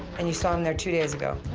and you saw him there two days ago?